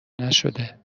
نشده